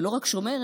ולא רק שומרת,